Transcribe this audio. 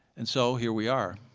and so here we are.